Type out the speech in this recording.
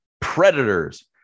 Predators